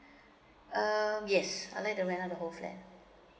err yes I'd like to rent out the whole flat